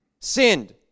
Sinned